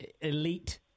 elite